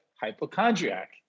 hypochondriac